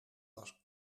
was